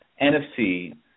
NFC